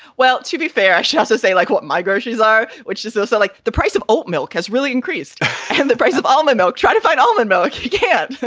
well, to be fair, i should also say, like what my groceries are, which is also like the price of oatmeal has really increased and the price of all my milk. try to fight over um and milk. you can.